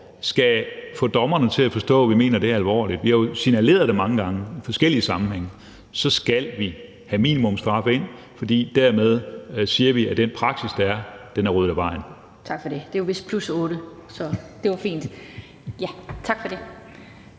skal få dommerne til at forstå, at vi mener det her alvorligt – vi har jo signaleret det mange gange i forskellige sammenhænge – så skal vi have minimumsstraffe ind, for dermed siger vi, at den praksis, der er, er ryddet af vejen. Kl. 17:28 Den fg. formand (Annette Lind): Tak for det.